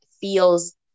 feels